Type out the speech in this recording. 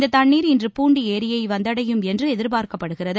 இந்தத் தண்ணீர் இன்று பூண்டி ஏரியை வந்தடையும் என்று எதிர்ப்பார்க்கப்படுகிறது